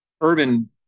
urban